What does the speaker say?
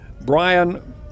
Brian